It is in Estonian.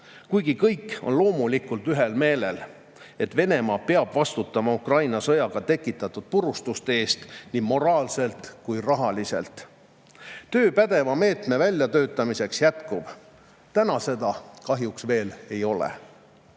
kuigi kõik on loomulikult ühel meelel, et Venemaa peab Ukraina sõjas tekitatud purustuste eest vastutama nii moraalselt kui ka rahaliselt. Töö pädeva meetme väljatöötamiseks jätkub, täna seda kahjuks veel ei